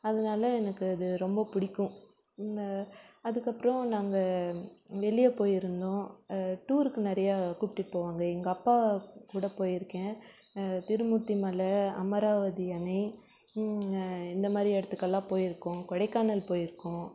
அதனால எனக்கு அது ரொம்ப பிடிக்கும் அதற்கப்றம் நாங்கள் வெளியே போயிருந்தோம் டூருக்கு நிறையா கூப்பிடுட்டு போவாங்க எங்கள் அப்பா கூட போயிருக்கேன் திருமூர்த்திமலை அமராவதி அணை இந்த மாரி இடத்துக்கெல்லாம் போயிருக்கோம் கொடைக்கானல் போயிருக்கோம்